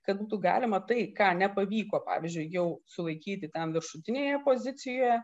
kad būtų galima tai ką nepavyko pavyzdžiui jau sulaikyti tam viršutinėje pozicijoje